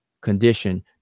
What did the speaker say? condition